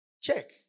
Check